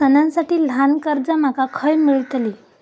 सणांसाठी ल्हान कर्जा माका खय मेळतली?